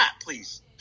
please